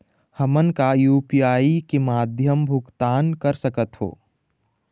हमन का यू.पी.आई के माध्यम भुगतान कर सकथों?